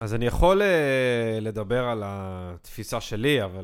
אז אני יכול לדבר על התפיסה שלי, אבל...